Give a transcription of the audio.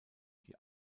die